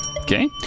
Okay